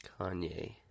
Kanye